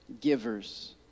givers